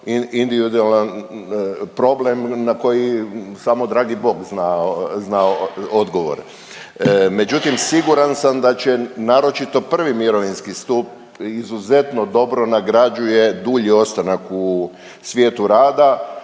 individualan problem na koji samo dragi Bog zna, zna odgovor. Međutim siguran sam da će, naročito I. mirovinski stup izuzetno dobro nagrađuje dulji ostanak u svijetu rada,